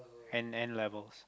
and N-levels